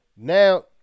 Now